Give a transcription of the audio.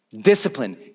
Discipline